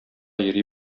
йөри